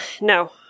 No